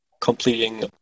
completing